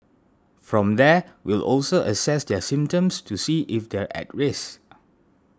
from there we'll also assess their symptoms to see if they're at risk